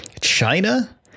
China